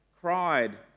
cried